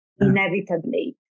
inevitably